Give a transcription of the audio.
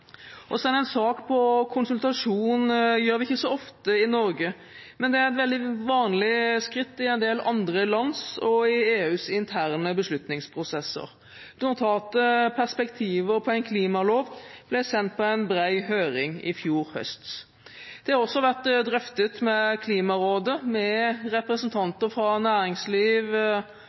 Å sende en sak på konsultasjon gjør vi ikke så ofte i Norge, men det er et veldig vanlig skritt i en del andre lands og i EUs interne beslutningsprosesser. Notatet «Perspektiver på en klimalov» ble sendt på en bred høring i fjor høst. Det har også vært drøftet med Klimarådet, med